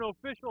official